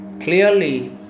Clearly